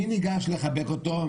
מי ניגש לחבק אותו?